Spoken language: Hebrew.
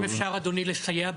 אם אפשר אדוני לסייע,